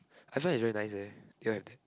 I felt is very nice eh do you have that